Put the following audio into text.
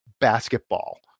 basketball